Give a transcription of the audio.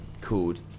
called